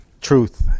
truth